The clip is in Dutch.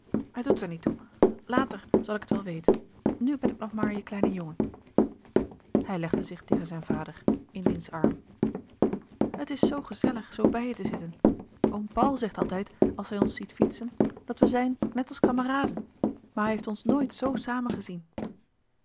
het doet er niet toe later zal ik het wel weten nu ben ik nog maar je kleine jongen hij legde zich tegen zijn vader in diens arm het is zoo gezellig zoo bij je te zitten oom paul zegt altijd als hij ons ziet fietsen dat we zijn net als kameraden maar hij heeft ons nooit zoo samen